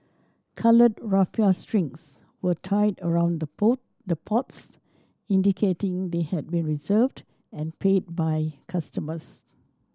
coloured raffia strings were tied around the pots indicating they had been reserved and paid by customers